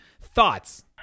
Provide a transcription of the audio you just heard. thoughts